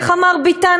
איך אמר עכשיו ביטן,